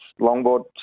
longboard